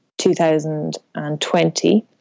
2020